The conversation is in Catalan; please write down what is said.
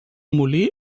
molí